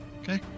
Okay